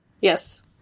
Yes